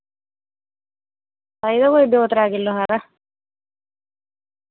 चाहिदा कोई दो त्रै किल्लो हारा